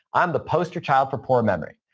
i'm the poster child for poor memory.